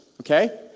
Okay